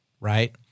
right